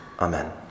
Amen